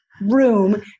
room